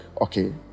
okay